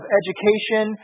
education